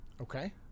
Okay